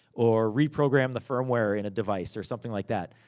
or reprogram the firmware in a device, or something like that.